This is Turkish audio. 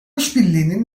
işbirliğinin